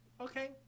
Okay